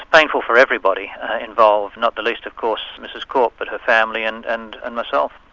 painful for everybody involved, not the least of course mrs korp, but her family and and and myself.